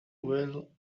will